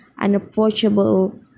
unapproachable